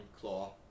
claw